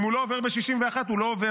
אם הוא לא עובר ב-61, הוא לא עובר.